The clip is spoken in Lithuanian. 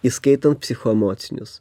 įskaitant psichoemocinius